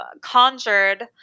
conjured